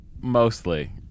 mostly